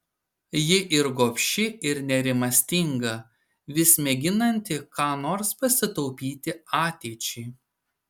ji ir gobši ir nerimastinga vis mėginanti ką nors pasitaupyti ateičiai